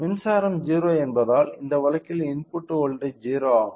மின்சாரம் 0 என்பதால் இந்த வழக்கில் இன்புட் வோல்ட்டேஜ் 0 ஆகும்